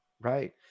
right